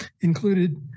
included